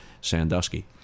Sandusky